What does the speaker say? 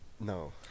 No